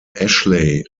ashley